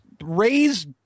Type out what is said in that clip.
raise